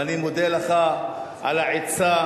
ואני מודה לך על העצה.